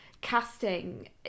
casting